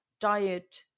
diet